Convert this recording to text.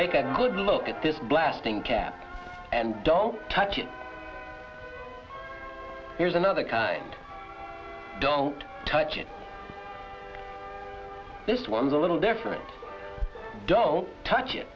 good look at this blasting cap and don't touch it here's an the kind don't touch it this one's a little different don't touch it